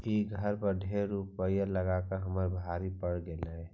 ई घर पर ढेर रूपईया लगाबल हमरा भारी पड़ गेल